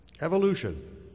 Evolution